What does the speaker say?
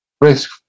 Risk